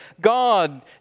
God